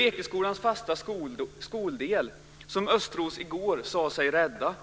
Ekeskolans fasta skoldel, som Östros i går sade sig rädda,